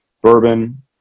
bourbon